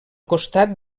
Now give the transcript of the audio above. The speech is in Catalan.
costat